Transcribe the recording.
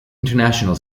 international